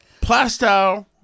Plastow